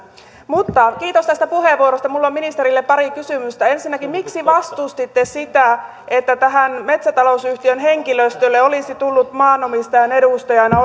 mutta kiitos tästä puheenvuorosta minulla on ministerille pari kysymystä ensinnäkin miksi vastustitte sitä että metsätalousyhtiön henkilöstölle olisi tullut maanomistajan edustajana